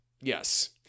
Yes